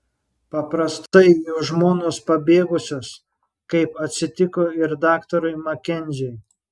paprastai jų žmonos pabėgusios kaip atsitiko ir daktarui makenziui